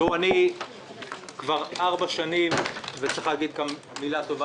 בעניין הזה אני כבר ארבע שנים וצריך לומר מילה טובה